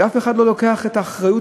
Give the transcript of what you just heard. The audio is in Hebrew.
ואף אחד לא לוקח את האחריות,